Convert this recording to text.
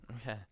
Okay